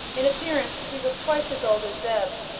in appearance he was twice as old as zeb,